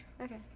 Okay